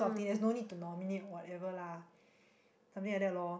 this sort of thing there's no need to nominate whatever lah something liek that lor